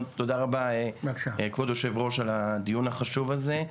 תודה רבה כבוד היושב-ראש על הדיון החשוב הזה.